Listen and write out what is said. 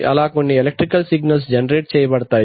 అలా కొన్ని electrical signals generate చేయబడతాయి